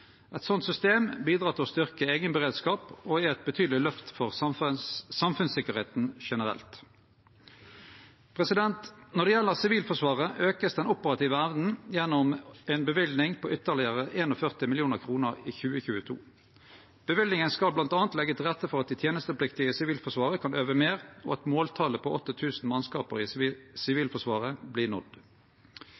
Eit slikt system bidreg til å styrkje eigenberedskapen og er eit betydeleg løft for samfunnssikkerheita generelt. Når det gjeld Sivilforsvaret, vert den operative evna auka gjennom ei løyving på ytterlegare 41 mill. kr i 2022. Løyvinga skal bl.a. leggje til rette for at dei tenestepliktige i Sivilforsvaret kan øve meir, og at måltalet på 8 000 mannskap i